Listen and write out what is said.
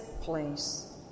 place